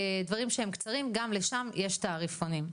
דברים שהם קצרים גם לשם יש תעריפונים.